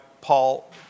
Paul